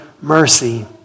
mercy